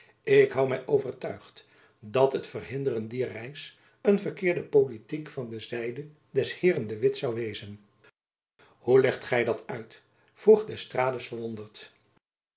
ik hoû my jacob van lennep elizabeth musch overtuigd dat het verhinderen dier reis een verkeerde politiek van de zijde des heeren de witt zoû wezen hoe legt gy dat uit vroeg d'estrades verwonderd